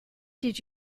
did